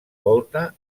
volta